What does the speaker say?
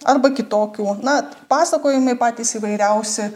arba kitokių na pasakojimai patys įvairiausi